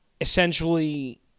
essentially